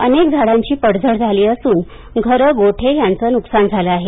अनेक झाडांची पडझड झाली असून घरं गोठे यांचा नुकसान झालं आहे